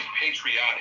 patriotic